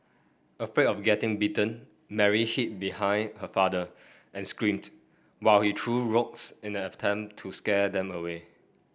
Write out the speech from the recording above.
afraid of getting bitten Mary hid behind her father and screamed while he threw rocks in an attempt to scare them away